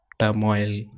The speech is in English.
turmoil